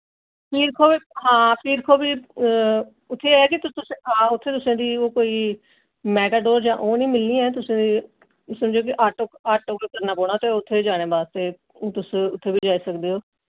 पीर खोह् बी हां पीर खोह् बी उत्थै एह् ऐ कि आं उत्थै तुसें गी कोई मैटाडोर जां ओह् निं मिलनी ऐ तुसें गी समझो कि आटो आटो गै करना पौना ते उत्थे जाने बास्तै तुस उत्थै बी जाई सकदे ओ